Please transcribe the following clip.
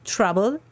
Trouble